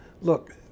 look